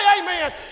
amen